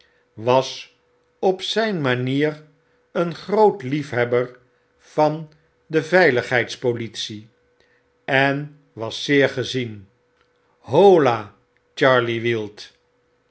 was op zyn manier een v groot liefhebber van de veiligheids politie en was zeer gezien hola charley wield